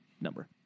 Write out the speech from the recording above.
number